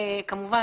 כמובן,